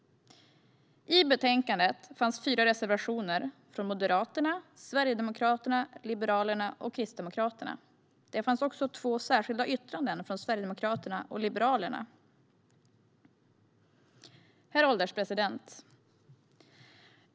I betänkandet fanns fyra reservationer från Moderaterna, Sverigedemokraterna, Liberalerna och Kristdemokraterna. Det fanns också två särskilda yttranden från Sverigedemokraterna och Liberalerna. Herr ålderspresident!